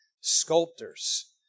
sculptors